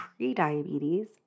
prediabetes